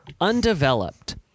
undeveloped